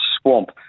swamp